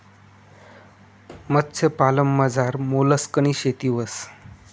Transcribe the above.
मत्स्यपालनमझार मोलस्कनी शेती व्हस